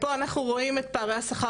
1997-2018). פה אנחנו רואים את פערי השכר